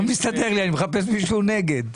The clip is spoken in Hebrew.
לא מסתדר לי, אני מחפש מישהו נגד.